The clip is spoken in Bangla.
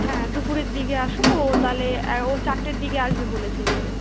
হ্যাঁ দুপুরের দিকে আসো ও তাহলে চারটের দিকে আসবে বলেছে নিতে